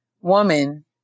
woman